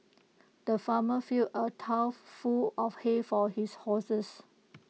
the farmer filled A trough full of hay for his horses